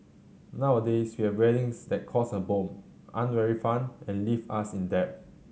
nowadays we have weddings that cost a bomb aren't very fun and leave us in debt